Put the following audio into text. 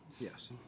yes